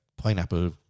Pineapple